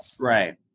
Right